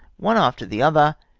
one after the other,